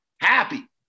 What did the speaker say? Happy